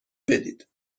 بدید